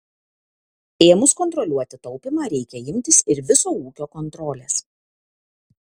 ėmus kontroliuoti taupymą reikia imtis ir viso ūkio kontrolės